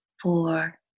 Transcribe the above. four